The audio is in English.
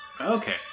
okay